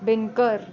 बेनकर